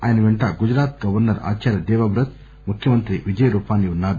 ఆయన పెంట Gujarat governor Acharya Devvrat ముఖ్యమంత్రి విజయ్ రూపానీ ఉన్నారు